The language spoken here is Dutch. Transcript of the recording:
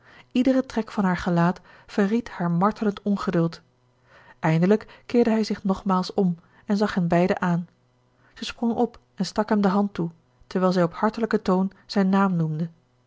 iedere trek van haar gelaat verried haar martelend ongeduld eindelijk keerde hij zich nogmaals om en zag hen beiden aan zij sprong op en stak hem de hand toe terwijl zij op hartelijken toon zijn naam noemde